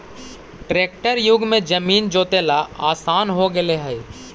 tractor युग में जमीन जोतेला आसान हो गेले हइ